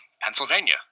pennsylvania